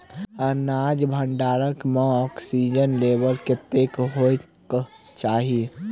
अनाज भण्डारण म ऑक्सीजन लेवल कतेक होइ कऽ चाहि?